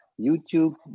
YouTube